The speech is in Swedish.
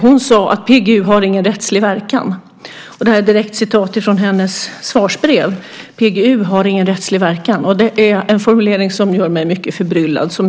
Hon sade att PGU inte har någon rättslig verkan. Det står i hennes svarsbrev att PGU har ingen rättslig verkan. Det är en formulering som gör mig mycket förbryllad.